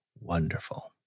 wonderful